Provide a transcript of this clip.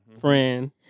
friend